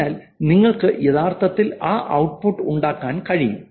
അതിനാൽ നിങ്ങൾക്ക് യഥാർത്ഥത്തിൽ ആ ഔട്ട്പുട്ട് ഉണ്ടാക്കാൻ കഴിയും